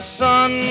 son